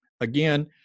again